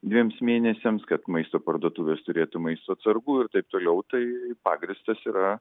dviems mėnesiams kad maisto parduotuvės turėtų maisto atsargų ir taip toliau tai pagrįstas yra